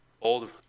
Old